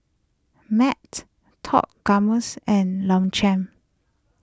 mat Top Gourmets and Longchamp